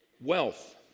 Wealth